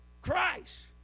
Christ